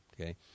okay